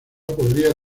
podría